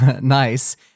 Nice